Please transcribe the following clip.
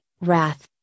wrath